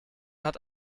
hat